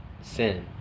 sin